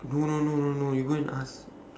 no no no no no you go and ask